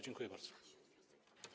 Dziękuję bardzo.